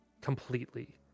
Completely